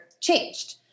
changed